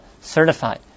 certified